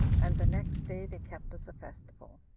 and the next day they kept as a festival.